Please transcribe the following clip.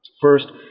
First